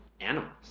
animals